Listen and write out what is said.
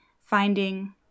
finding